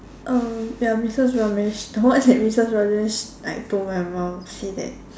uh ya Missus Ramesh the one that Missus Ramesh like told my mum actually that